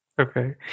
Okay